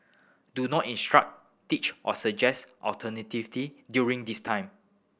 do not instruct teach or suggest alternative during this time